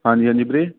ਹਾਂਜੀ ਹਾਂਜੀ ਵੀਰੇ